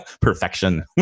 perfection